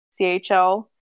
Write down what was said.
CHL